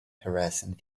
harassing